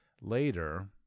later